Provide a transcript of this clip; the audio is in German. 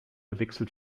wechselt